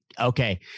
Okay